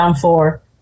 four